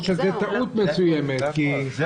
או שזו טעות מסוימת, כי יש הבדל.